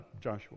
Joshua